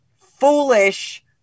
foolish